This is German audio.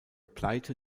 pleite